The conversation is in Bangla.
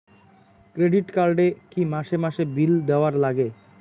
ক্রেডিট কার্ড এ কি মাসে মাসে বিল দেওয়ার লাগে?